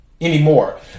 anymore